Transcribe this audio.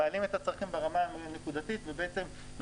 מעלים את הצרכים ברמה הנקודתית ונוצרת